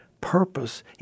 purpose